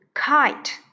kite